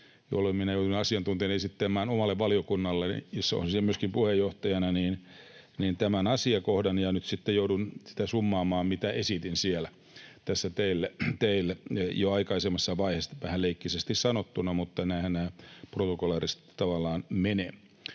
jolloin minä jouduin asiantuntijana esittelemään omalle valiokunnalleni — jossa olin silloin myöskin puheenjohtajana — tämän asiakohdan. Nyt sitten joudun summaamaan tässä teille, mitä esitin siellä jo aikaisemmassa vaiheessa, vähän leikkisästi sanottuna, mutta näinhän nämä protokollaarisesti tavallaan menevät.